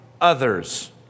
others